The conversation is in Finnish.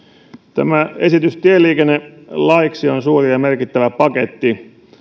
tämä esitys tieliikennelaiksi on suuri ja merkittävä paketti